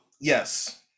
yes